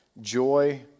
joy